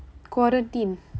quarrantine